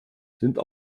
sind